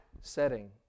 setting